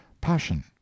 passion